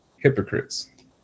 hypocrites